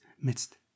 midst